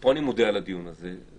ופה אני מודה על הדיון הזה,